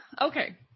Okay